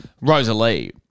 Rosalie